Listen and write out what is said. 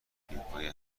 فیلمهای